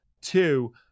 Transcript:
two